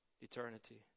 eternity